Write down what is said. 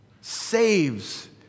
saves